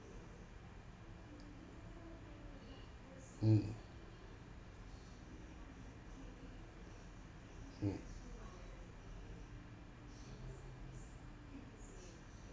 mm mm